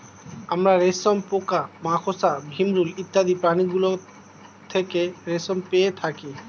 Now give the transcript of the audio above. আমরা রেশম পোকা, মাকড়সা, ভিমরূল ইত্যাদি প্রাণীগুলো থেকে রেশম পেয়ে থাকি